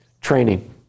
Training